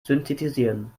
synthetisieren